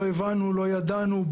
לא הבנו, לא ידענו.